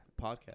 podcast